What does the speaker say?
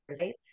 Right